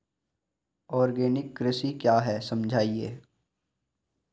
Organic कृषि क्या है समझाइए?